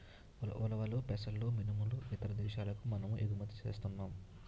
ఉలవలు పెసలు మినుములు ఇతర దేశాలకు మనము ఎగుమతి సేస్తన్నాం